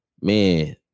Man